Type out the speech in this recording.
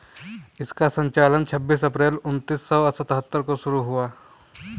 इसका संचालन छब्बीस अप्रैल उन्नीस सौ सत्तर को शुरू हुआ